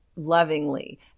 lovingly